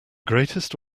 greatest